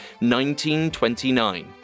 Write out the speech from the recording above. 1929